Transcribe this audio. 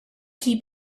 keep